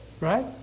right